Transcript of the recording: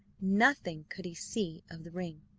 nothing could he see of the ring.